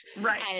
right